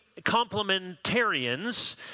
complementarians